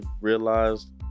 realized